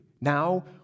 Now